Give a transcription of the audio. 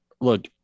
look